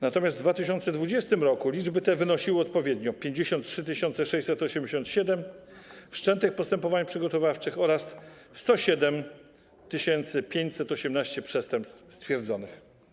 Natomiast w 2020 r. liczby te wynosiły odpowiednio 53 687 wszczętych postępowań przygotowawczych oraz 107 518 przestępstw stwierdzonych.